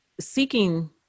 seeking